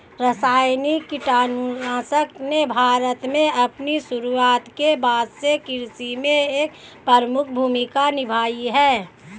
रासायनिक कीटनाशकों ने भारत में अपनी शुरुआत के बाद से कृषि में एक प्रमुख भूमिका निभाई है